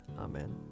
Amen